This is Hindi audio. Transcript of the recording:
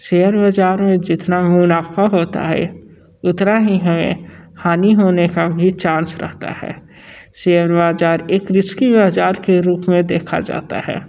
शेयर बाज़ार में जितना मुनाफ़ा होता है उतना ही हमें हानि होने का भी चांस रहता है शेयर बाज़ार एक रिस्की बाज़ार के रूप में देखा जाता है